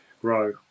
grow